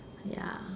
ya